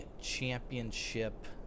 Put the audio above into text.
championship